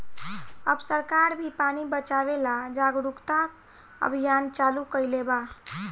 अब सरकार भी पानी बचावे ला जागरूकता अभियान चालू कईले बा